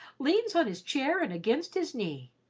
leans on his chair and against his knee.